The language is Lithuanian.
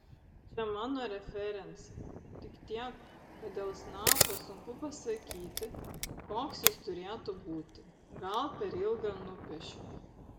čia mano referencai tik tiek kad dėl snapo sunku pasakyti koks jis turėtų būti gal per ilgą nupiešiau